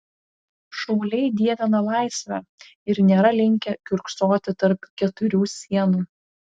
šauliai dievina laisvę ir nėra linkę kiurksoti tarp keturių sienų